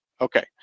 Okay